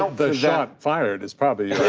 the shot fired is probably